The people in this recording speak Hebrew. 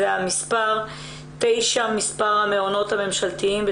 תשע מעונות ממשלתיים,